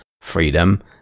freedom